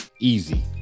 easy